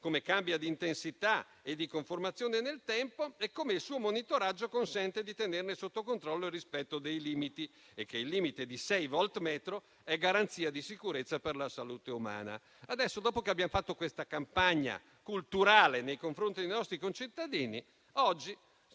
come cambia di intensità e di conformazione nel tempo e come il suo monitoraggio consenta di tenerne sotto controllo il rispetto dei limiti e che il limite di sei volte per metro è garanzia di sicurezza per la salute umana. Dopo che abbiamo fatto questa campagna culturale nei confronti dei nostri concittadini, oggi